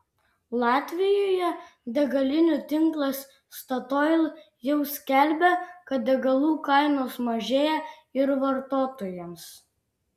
latvijoje degalinių tinklas statoil jau skelbia kad degalų kainos mažėja ir vartotojams